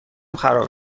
خراب